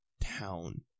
town